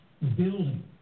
building